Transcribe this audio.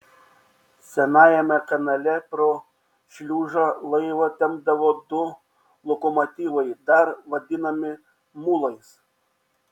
senajame kanale pro šliuzą laivą tempdavo du lokomotyvai dar vadinami mulais